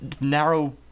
narrow